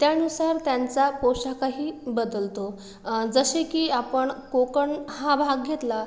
त्यानुसार त्यांचा पोशाखही बदलतो जसे की आपण कोकण हा भाग घेतला